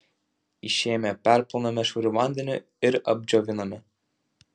išėmę perplauname švariu vandeniu ir apdžioviname